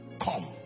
Come